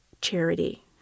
charity